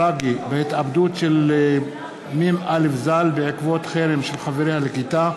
מותה הטרגי בהתאבדות של מ"א ז"ל בעקבות חרם של חבריה לכיתה,